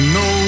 no